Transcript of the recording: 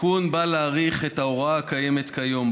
התיקון בא להאריך את ההוראה הקיימת כיום.